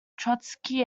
trotsky